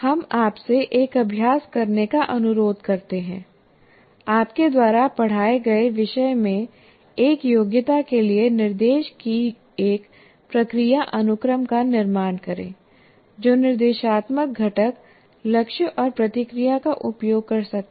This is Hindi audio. हम आपसे एक अभ्यास करने का अनुरोध करते हैं आपके द्वारा पढ़ाए गए विषय में एक योग्यता के लिए निर्देश की एक प्रक्रिया अनुक्रम का निर्माण करें जो निर्देशात्मक घटक लक्ष्य और प्रतिक्रिया का उपयोग कर सकता है